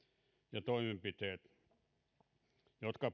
ja toimenpiteet jotka